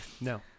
No